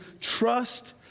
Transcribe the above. trust